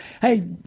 hey